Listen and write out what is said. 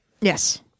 Yes